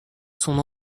son